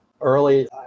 early